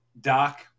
doc